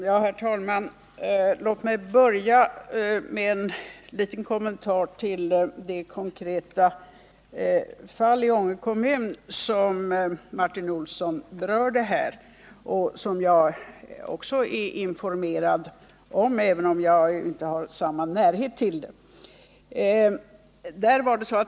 Herr talman! Låt mig börja med en liten kommentar till det konkreta fall i Ånge kommun som Martin Olsson berörde och som jag också är informerad om — även om jag inte har samma närhet till det.